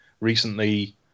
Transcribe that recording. recently